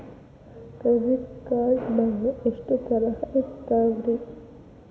Credit card ನಾಗ ಎಷ್ಟು ತರಹ ಇರ್ತಾವ್ರಿ?